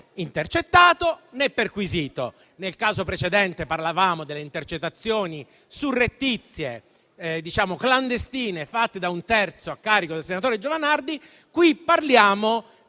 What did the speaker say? intercettato né perquisito. Nel caso precedente parlavamo delle intercettazioni surrettizie, clandestine quasi, fatte da un terzo a carico del senatore Giovanardi. Qui parliamo